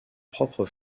propre